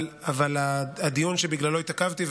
אבל הדיון שבגללו התעכבתי,